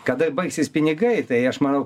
kada baigsis pinigai tai aš manau